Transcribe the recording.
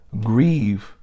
Grieve